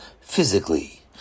physically